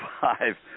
five